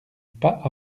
pas